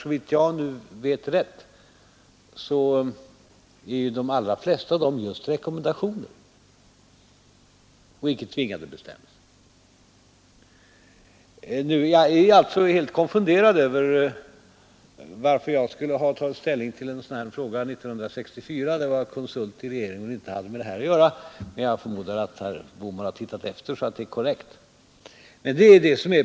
Såvitt jag vet är de allra flesta av dem just rekommendationer och icke tvingande bestämmelser. Nu är jag alltså helt konfunderad över varför jag skulle ha tagit ställning till en sådan fråga år 1964, då jag var konsult i regeringen och inte hade med det här att göra, men jag förmodar att herr Bohman har tittat efter och att det är korrekt.